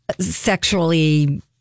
sexually